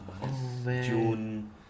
June